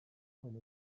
from